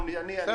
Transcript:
אני אשמח.